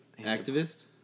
activist